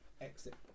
exit